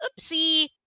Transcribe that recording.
oopsie